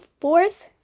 fourth